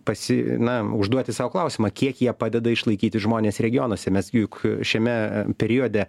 pasi na užduoti sau klausimą kiek jie padeda išlaikyti žmones regionuose mes juk šiame e periode